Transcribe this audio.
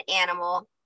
animal